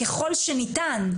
ככל שניתן,